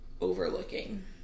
overlooking